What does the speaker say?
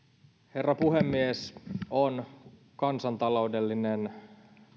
herra puhemies on kansantaloudellinen